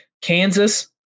kansas